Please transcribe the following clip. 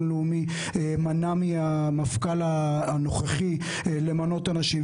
לאומי מנע מהמפכ"ל הנוכחי למנות אנשים,